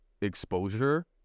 exposure